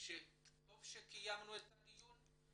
שטוב שקיימנו את הדיון,